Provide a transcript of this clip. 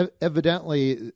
evidently